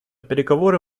переговоры